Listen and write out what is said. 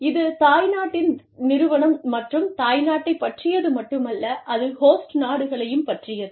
இது தாய் நாட்டின் நிறுவனம் மற்றும் தாய் நாட்டை பற்றியது மட்டுமல்ல அது ஹோஸ்ட் நாடுகளையும் பற்றியது